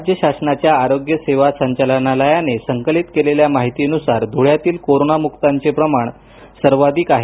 राज्य शासनाच्या आरोग्य सेवा संचालनालयाने संकलित केलेल्या माहितीनुसार धुळ्यातील कोरोनामुक्तांचे प्रमाण सर्वाधिक आहे